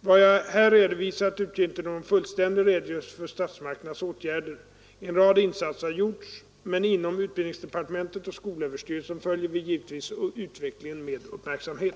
Vad jag här redovisat utgör inte någon fullständig redogörelse för statsmakternas åtgärder. En rad insatser har gjorts. Men inom utbildningsdepartementet och skolöverstyrelsen följer vi givetvis utvecklingen med uppmärksamhet.